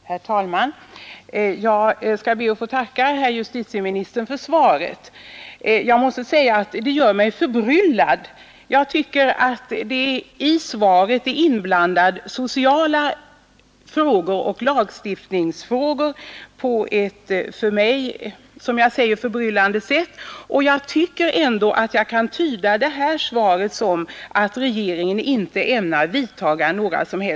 Herr talman! Jag skall be att få tacka herr justitieministern för svaret. Jag måste säga att svaret gör mig förbryllad. Jag tycker att där har blandats ihop sociala frågor och lagstiftningsfrågor, och jag anser att jag kan tyda svaret så, att regeringen inte ämnar vidtaga några åtgärder.